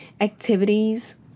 activities